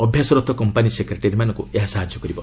ଅଭ୍ୟାସ ରତ କମ୍ପାନି ସେକ୍ରେଟାରୀମାନଙ୍କୁ ଏହା ସାହାଯ୍ୟ କରିବ